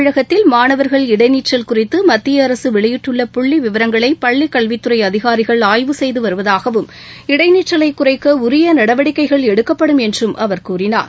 தமிழகத்தில் மாணவர்கள் இடைநிற்றல் குறித்து மத்திய அரசு வெளியிட்டுள்ள புள்ளி விவரங்களை பள்ளிக்கல்வித்துறை அதிகாரிகள் ஆய்வு செய்து வருவதாகவும் இடைநிற்றலை குறைக்க உரிய நடவடிக்கைகள் எடுக்கப்படும் என்றம் அவர் கூறினார்